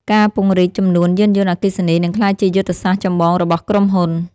ការពង្រីកចំនួនយានយន្តអគ្គិសនី នឹងក្លាយជាយុទ្ធសាស្ត្រចម្បងរបស់ក្រុមហ៊ុន។